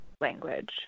language